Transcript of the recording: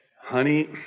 honey